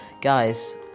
Guys